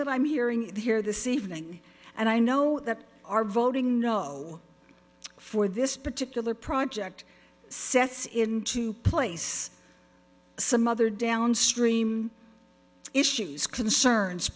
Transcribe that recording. that i'm hearing here this evening and i know that our voting no for this particular project says into place some other downstream issues concerns